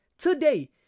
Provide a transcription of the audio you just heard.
Today